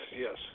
yes